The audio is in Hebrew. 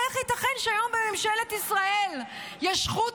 איך ייתכן שהיום בממשלת ישראל יש חוט